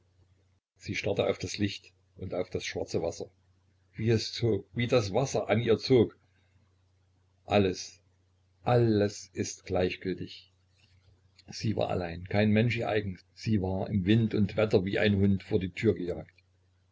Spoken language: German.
sie starrte auf das licht und auf das schwarze wasser wie es zog wie das wasser an ihr zog alles alles ist gleichgültig sie war allein kein mensch ihr eigen sie war im wind und wetter wie ein hund vor die tür gejagt